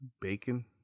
Bacon